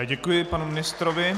Děkuji panu ministrovi.